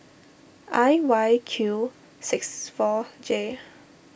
I Y Q six four J